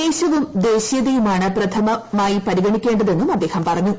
ദേശവും ദേശീയതയുമാണ് പ്രഥമമായി പരിഗണിക്കേണ്ടതെന്നും അദ്ദേഹം പറഞ്ഞു